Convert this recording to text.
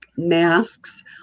Masks